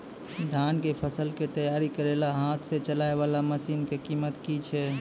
धान कऽ फसल कऽ तैयारी करेला हाथ सऽ चलाय वाला मसीन कऽ कीमत की छै?